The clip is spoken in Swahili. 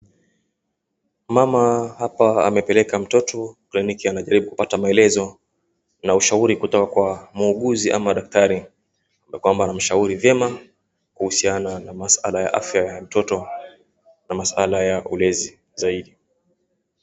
Mama hapa amepeleka mtoto clinic anajaribu kupata maelezo na ushauri kutoka kwa muuguzi ama daktari, kwamba anamshauri vyema kuhusiana na maswala ya afya ya mtoto na maswala ya ulezi zaidi.